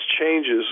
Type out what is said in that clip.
changes